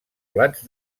blats